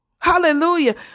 Hallelujah